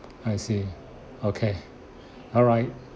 I see okay alright